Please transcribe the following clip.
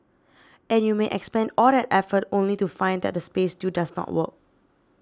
and you may expend all that effort only to find that the space still does not work